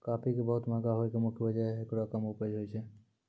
काफी के बहुत महंगा होय के मुख्य वजह हेकरो कम उपज होय छै